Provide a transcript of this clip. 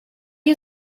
you